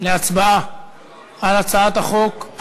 להצבעה על הצעת החוק.